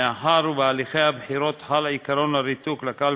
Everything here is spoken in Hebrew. מאחר שבהליכי הבחירות חל עקרון הריתוק לקלפי,